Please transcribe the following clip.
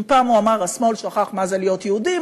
אם פעם הוא אמר: השמאל שכח מה זה להיות יהודים,